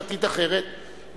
משום שאין דרך משפטית אחרת,